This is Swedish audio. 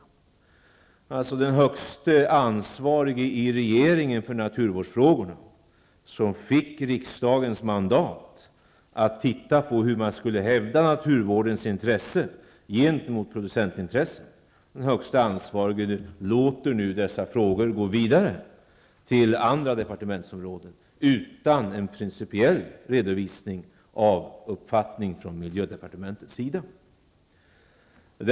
Den i regeringen högste ansvarige för naturvårdsfrågorna som fick riksdagens mandat att se på hur man skall kunna hävda naturvårdens intresse gentemot producentintresset låter nu dessa frågor gå vidare till andra departement utan en principiell redovisning av miljödepartementets uppfattning.